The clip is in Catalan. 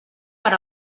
per